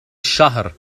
الشهر